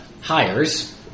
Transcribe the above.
hires